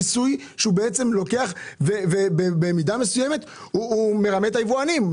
מיסוי שבמידה מסוימת מרמה את היבואנים,